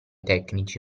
tecnici